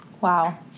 Wow